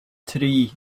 tri